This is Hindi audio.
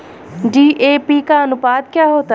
डी.ए.पी का अनुपात क्या होता है?